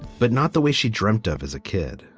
but not the way she dreamt of as a kid